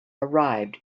arrived